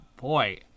boy